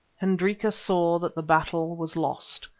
hendrika saw that the battle was lost.